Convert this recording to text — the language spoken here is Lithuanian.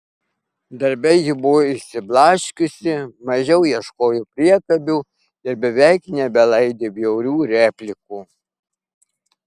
darbe ji buvo išsiblaškiusi mažiau ieškojo priekabių ir beveik nebelaidė bjaurių replikų